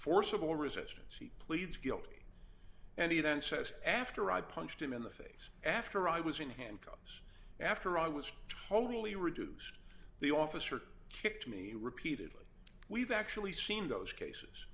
forcible resistance he pleads guilty and he then says after i punched him in the face after i was in handcuffs after i was totally reduced the officer kicked me repeatedly we've actually seen those cases